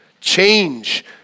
Change